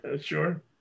Sure